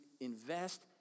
invest